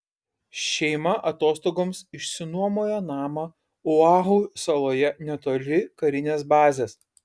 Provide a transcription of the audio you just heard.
šeima atostogoms išsinuomojo namą oahu saloje netoli karinės bazės